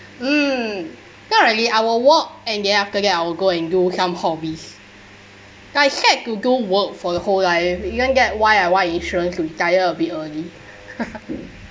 mm not really I will work and then after that I will go and do some hobbies like I said to do work for the whole life isn't that why I want to get insurance to retire a bit early